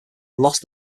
lost